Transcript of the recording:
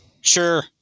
Sure